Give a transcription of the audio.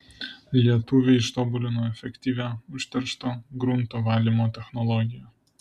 lietuviai ištobulino efektyvią užteršto grunto valymo technologiją